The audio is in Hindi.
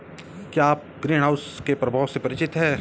क्या आप ग्रीनहाउस के प्रभावों से परिचित हैं?